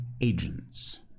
agents